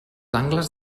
angles